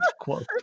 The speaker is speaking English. quote